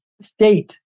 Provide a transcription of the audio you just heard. state